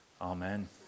amen